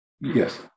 Yes